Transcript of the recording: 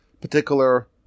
particular